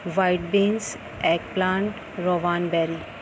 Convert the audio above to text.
white beans egg plant rowan berry